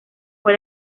fue